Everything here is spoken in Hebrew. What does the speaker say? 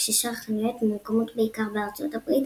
כששאר החנויות ממוקמות בעיקר בארצות הברית,